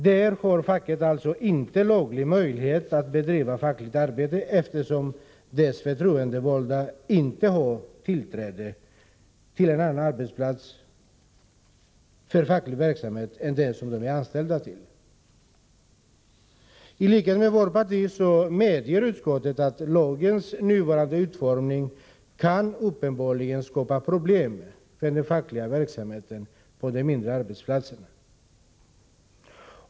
Där har facket alltså inte laglig möjlighet att bedriva fackligt arbete, eftersom dess förtroendevalda inte har tillträde till en annan arbetsplats för fackligt arbete än dem där de är anställda. I likhet med vårt parti medger utskottet att lagens nuvarande utformning uppenbarligen kan skapa problem för den fackliga verksamheten på de mindre arbetsplatserna.